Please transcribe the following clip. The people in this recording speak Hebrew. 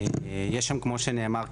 יש שם כמו שנאמר,